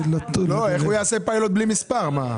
איך הוא יעשה פיילוט בלי מספר?